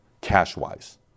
cash-wise